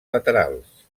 laterals